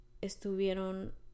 estuvieron